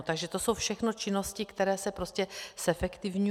Takže to jsou všechno činnosti, které se prostě zefektivňují.